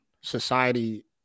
society